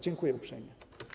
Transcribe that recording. Dziękuję uprzejmie.